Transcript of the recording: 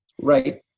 Right